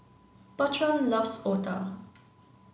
Bertrand loves Otah